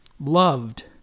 loved